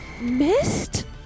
missed